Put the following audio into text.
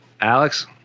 Alex